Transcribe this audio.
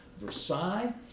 Versailles